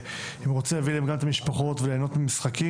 והם רוצים להביא אליהם גם את המשפחות וליהנות ממשחקים.